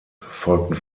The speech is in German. folgten